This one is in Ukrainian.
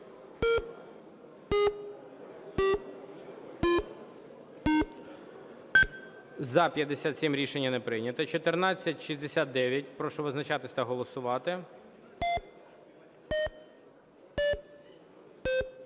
За-57 Рішення не прийнято. 1469. Прошу визначатись та голосувати.